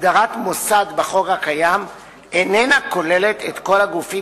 הגדרת "מוסד" בחוק הקיים איננה כוללת את כל הגופים